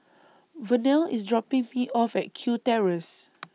Vernell IS dropping Me off At Kew Terrace